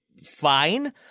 Fine